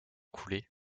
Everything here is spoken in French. coulée